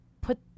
put